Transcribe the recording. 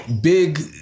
Big